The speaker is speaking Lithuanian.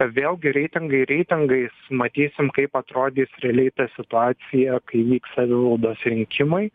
vėlgi reitingai reitingais matysim kaip atrodys realiai ta situacija kai vyks savivaldos rinkimai